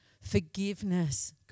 Forgiveness